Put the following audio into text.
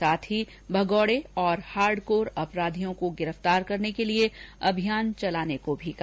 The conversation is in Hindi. साथ ही भगोड़े और हार्डकोर अपराधियों को गिरफ्तार करने के लिए अभियान चलाने को भी कहा